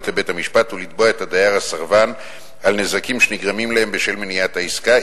לבית-המשפט ולתבוע את הדייר הסרבן על נזקים שנגרמים להם בשל מניעת העסקה,